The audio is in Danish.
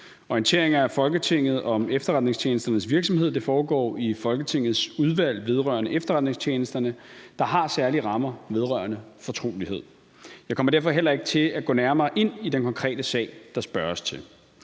Orientering af Folketinget om efterretningstjenesternes virksomhed foregår i Folketingets udvalg vedrørende efterretningstjenesterne, der har særlig rammer vedrørende fortrolighed. Jeg kommer derfor heller ikke til at gå nærmere ind i den konkrete sag, der spørges til.